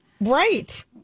Right